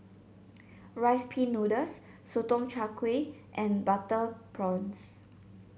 Rice Pin Noodles Sotong Char Kway and Butter Prawns